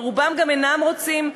ורובם גם אינם רוצים,